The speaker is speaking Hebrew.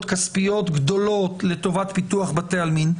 כספיות גדולות לטובת פיתוח בתי עלמין.